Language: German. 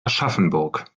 aschaffenburg